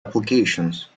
applications